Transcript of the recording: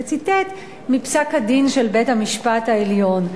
וציטט מפסק-הדין של בית-המשפט העליון,